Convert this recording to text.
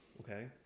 okay